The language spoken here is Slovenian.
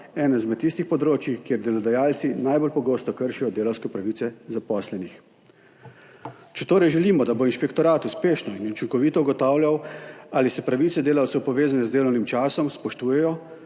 eno izmed tistih področij, kjer delodajalci najbolj pogosto kršijo delavske pravice zaposlenih. Če torej želimo, da bo inšpektorat uspešno in učinkovito ugotavljal ali se pravice delavcev, povezane z delovnim časom, spoštujejo,